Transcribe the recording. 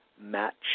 match